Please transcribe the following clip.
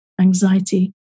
anxiety